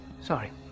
Sorry